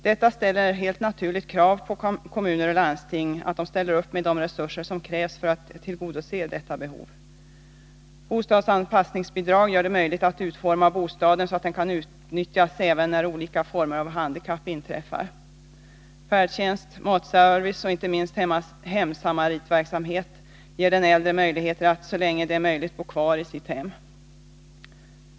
Detta ställer helt naturligt krav på att kommuner och landsting ställer upp med de resurser som är nödvändiga för att tillgodose detta behov. Bostadsanpassningsbidrag gör det möjligt att utforma bostaden så att den kan nyttjas även när olika former av handikapp inträffar. Färdtjänst, matservice och inte minst hemsamaritverksamheten ger den äldre förutsättningar att så länge som möjligt bo kvar i sitt hem.